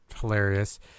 hilarious